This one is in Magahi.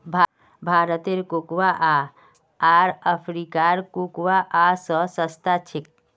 भारतेर कोकोआ आर अफ्रीकार कोकोआ स सस्ता छेक